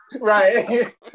Right